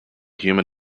human